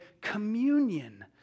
communion